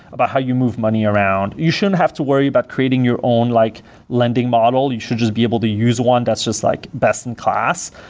about how you move money around. you shouldn't have to worry about creating your own like lending model. you should just be able to use one that's just like best in class.